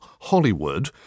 Hollywood